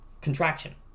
contraction